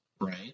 right